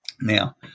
Now